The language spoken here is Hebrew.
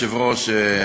היושב-ראש,